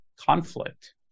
conflict